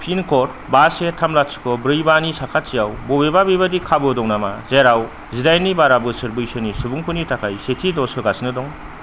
pin कड बा से थाम लाथिख' ब्रै बा नि साखाथियाव बबेबा बेबादि खाबु दं नामा जेराव जिदाइननि बारा बोसोर बैसोनि सुबुंफोरनि थाखाय सेथि दज होगासिनो दं